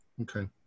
Okay